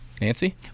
Nancy